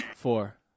Four